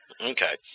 Okay